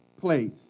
place